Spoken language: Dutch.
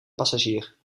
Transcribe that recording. passagier